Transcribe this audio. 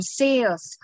sales